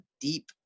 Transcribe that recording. deep